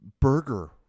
burger